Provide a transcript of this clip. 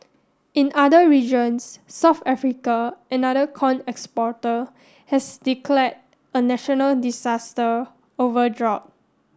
in other regions South Africa another corn exporter has declared a national disaster over drought